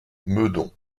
meudon